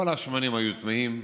כל השמנים היו טמאים,